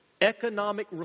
economic